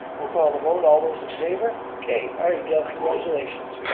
we'll call the vote. all those in favor? okay, all right dale congratulations,